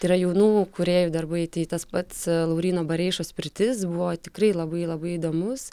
tai yra jaunų kūrėjų darbai tai tas pats lauryno bareišos pirtis buvo tikrai labai labai įdomus